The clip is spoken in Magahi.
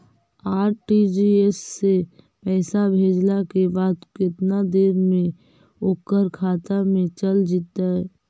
आर.टी.जी.एस से पैसा भेजला के बाद केतना देर मे ओकर खाता मे चल जितै?